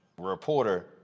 Reporter